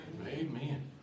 Amen